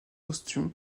posthume